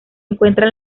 encuentra